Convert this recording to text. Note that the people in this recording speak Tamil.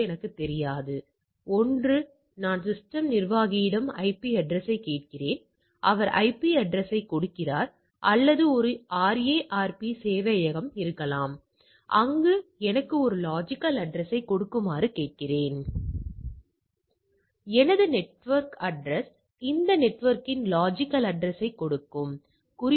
எனவே இது ஒரு தொடர் பரவலாகும் மற்றும் மிகக் குறைந்த DF இல் இதுபோன்ற வளைவைக் கொண்டிருக்கிறது இது இது போல் தெரிகிறது மற்றும் DF அதிகரிக்கும்போது இது மெதுவாக மேலும் சீரானதாக மாறும் மற்றும் மிகப் பெரிய DF இல் நீங்கள் ஒருவித நல்ல மென்மையான சீரான பரவல் படத்தைக் கொண்டிருக்கலாம்